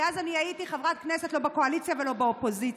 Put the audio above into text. אז אני הייתי חברת כנסת לא בקואליציה ולא באופוזיציה,